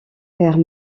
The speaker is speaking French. père